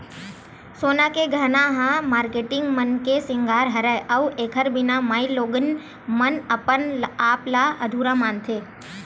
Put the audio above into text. सोना के गहना ह मारकेटिंग मन के सिंगार हरय अउ एखर बिना माइलोगिन मन अपन आप ल अधुरा मानथे